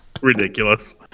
ridiculous